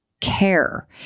care